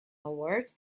award